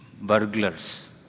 burglars